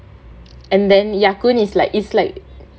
and then ya kun is like is like